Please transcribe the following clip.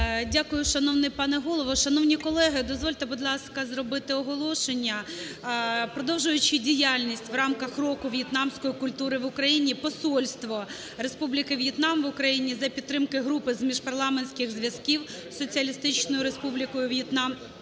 Дякую. Шановний пане Голово, шановні колеги, дозвольте, будь ласка, зробити оголошення. Продовжуючи діяльність у рамках Року в'єтнамської культури в Україні, Посольство Республіки В'єтнам в Україні за підтримки групи з міжпарламентських зв'язків з Соціалістичною Республікою В'єтнам